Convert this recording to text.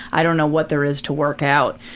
i don't know what there is to work out.